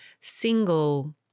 single